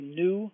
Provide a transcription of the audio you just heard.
new